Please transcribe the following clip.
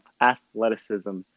athleticism